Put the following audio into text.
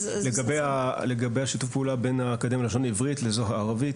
לגבי שיתוף הפעולה בין האקדמיה ללשון עברית לזו הערבית,